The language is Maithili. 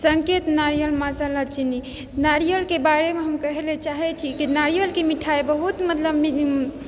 सङ्केत नारियल मसाला चीनी नारियलके बारेमे हम कहे लऽ चाहे छी कि नारियलके मिठाइ बहुत मतलब